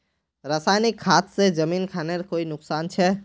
रासायनिक खाद से जमीन खानेर कोई नुकसान छे?